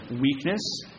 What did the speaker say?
Weakness